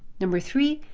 number three,